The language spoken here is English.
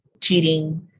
cheating